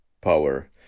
power